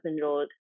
enrolled